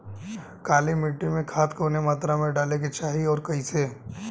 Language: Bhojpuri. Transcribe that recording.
काली मिट्टी में खाद कवने मात्रा में डाले के चाही अउर कइसे?